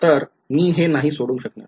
तर मी हे नाही सोडवू शकणार